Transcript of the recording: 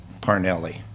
Parnelli